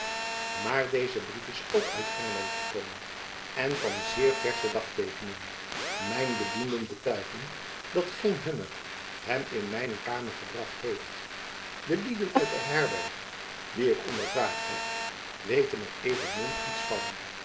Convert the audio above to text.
maar deze brief is ook uit engeland gekomen en van zeer versche dagteekening mijn bedienden betuigen dat geen jacob van lennep elizabeth musch hunner hem in mijne kamer gebracht heeft de lieden uit de herberg die ik ondervraagd heb weten er even min iets van